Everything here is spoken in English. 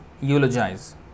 Eulogize